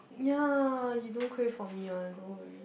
ya you don't crave for me one don't worry